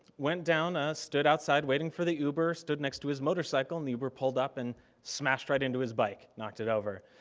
went down, ah stood outside waiting for the uber, stood next to his motorcycle, and the uber pulled up and smashed right into his bike, knocked it over.